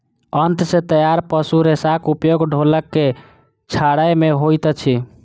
आंत सॅ तैयार पशु रेशाक उपयोग ढोलक के छाड़य मे होइत अछि